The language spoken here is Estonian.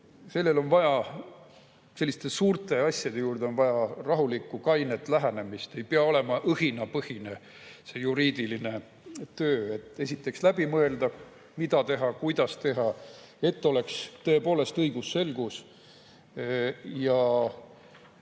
Selleks on vaja, selliste suurte asjade juures on vaja rahulikku, kainet lähenemist. Ei pea olema õhinapõhine see juriidiline töö. Esiteks, läbi mõelda, mida teha, kuidas teha, et oleks tõepoolest õigusselgus,